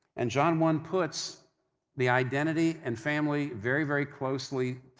and john one puts the identity and family very, very closely,